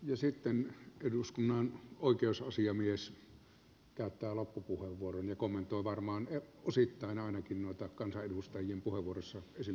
ja sitten eduskunnan oikeusasiamies käyttää loppupuheenvuoron ja kommentoi varmaan osittain ainakin noita kansanedustajien puheenvuoroissa esille nousseita asioita